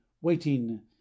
waiting